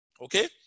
Okay